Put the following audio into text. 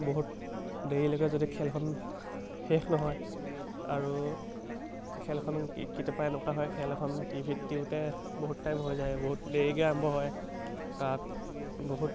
বহুত দেৰিলৈকে যদি খেলখন শেষ নহয় আৰু খেলখন কেতিয়াবা এনেকুৱা হয় খেল এখন টিভি ত দিওঁতে বহুত টাইম হৈ যায় বহুত দেৰিকৈ আৰম্ভ হয় তাত বহুত